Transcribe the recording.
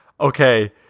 okay